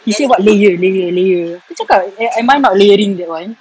he said what layer layer layer aku cakap am I not layering that one